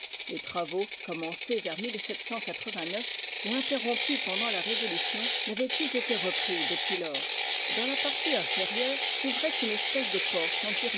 les travaux commencés vers et interrompus pendant la révolution n'avaient plus été repris depuis lors dans la partie inférieure s'ouvrait une espèce de porche